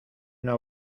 una